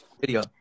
video